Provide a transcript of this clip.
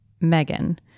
Megan